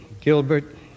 Gilbert